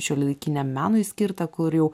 šiuolaikiniam menui skirta kur jau